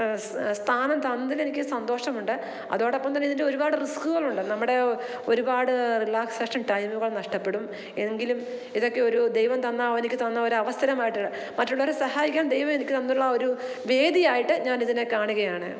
സ്ഥാനം തന്നതിലെനിക്ക് സന്തോഷമുണ്ട് അതോടൊപ്പം തന്നെ ഇതിൻ്റെ ഒരുപാട് റിസ്ക്കുകളുണ്ട് നമ്മുടെ ഒരുപാട് റിലാക്സേഷൻ ടൈമുകൾ നഷ്ടപ്പെടും എങ്കിലും ഇതക്കെയൊരു ദൈവം തന്ന എനിക്ക് തന്ന ഒരവസരമയിട്ട് മറ്റുള്ളവരെ സഹായിക്കാൻ ദൈവം എനിക്ക് തന്നൊരു വേദിയായിട്ട് ഞാനിതിനെ കാണുകയാണ്